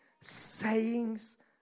sayings